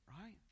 right